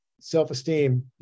Self-esteem